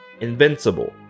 Invincible